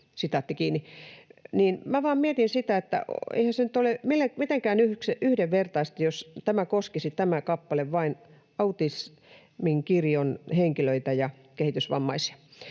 mietin sitä, että eihän se nyt ole mitenkään yhdenvertaista, jos tämä kappale koskisi vain autismin kirjon henkilöitä ja kehitysvammaisia.